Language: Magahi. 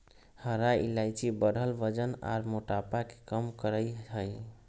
हरा इलायची बढ़ल वजन आर मोटापा के कम करई हई